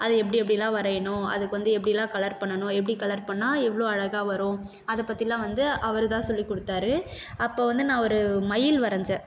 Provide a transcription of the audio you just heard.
அது எப்படி எப்படிலாம் வரையணும் அதுக்கு வந்து எப்படிலாம் கலர் பண்ணணும் எப்படி கலர் பண்ணிணா எவ்வளோ அழகாக வரும் அதை பற்றிலாம் வந்து அவர்தான் சொல்லிககொடுத்தாரு அப்போ வந்து நான் ஒரு மயில் வரைஞ்சேன்